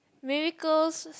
miracles